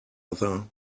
other